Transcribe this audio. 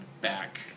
back